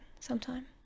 sometime